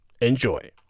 Enjoy